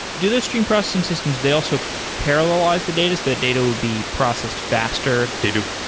do those stream processing systems, they also parallelize the data so that data would be processed faster? they do.